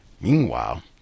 Meanwhile